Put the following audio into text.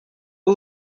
eux